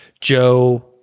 Joe